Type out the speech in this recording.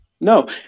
No